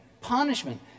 punishment